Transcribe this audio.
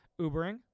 Ubering